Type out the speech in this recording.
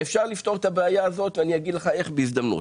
אפשר לפתור את הבעיה הזאת ואני אגיד לך איך בהזדמנות.